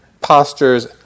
postures